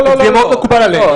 זה יהיה מאוד מקובל עליהן.